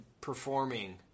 performing